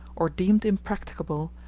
or deemed impracticable,